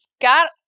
got